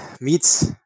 meets